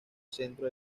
centro